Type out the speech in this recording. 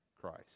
Christ